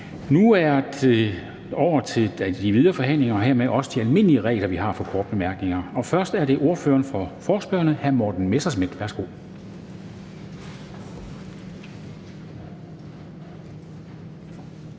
Nu går vi over til de videre forhandlinger og dermed også til de almindelige regler, vi har, for korte bemærkninger. Først er det ordføreren for forespørgerne, hr. Morten Messerschmidt. Værsgo.